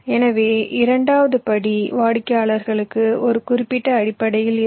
எனவே இரண்டாவது படி வாடிக்கையாளர்களுக்கு ஒரு குறிப்பிட்ட அடிப்படையில் இருக்கும்